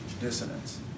dissonance